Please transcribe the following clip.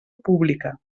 pública